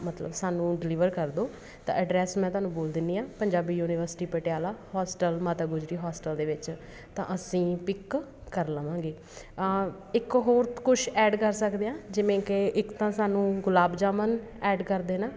ਮਤਲਬ ਸਾਨੂੰ ਡਿਲੀਵਰ ਕਰ ਦਿਉ ਤਾਂ ਐਡਰੈਸ ਮੈਂ ਤੁਹਾਨੂੰ ਬੋਲ ਦਿੰਦੀ ਹਾਂ Punjabi university Patiala hostel Mata Gujri hostel ਦੇ ਵਿੱਚ ਤਾਂ ਅਸੀਂ ਪਿੱਕ ਕਰ ਲਵਾਂਗੇ ਇੱਕ ਹੋਰ ਕੁਛ ਐਡ ਕਰ ਸਕਦੇ ਹਾਂ ਜਿਵੇਂ ਕਿ ਇੱਕ ਤਾਂ ਸਾਨੂੰ ਗੁਲਾਬ ਜਾਮੁਨ ਐਡ ਕਰ ਦੇਣਾ